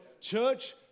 church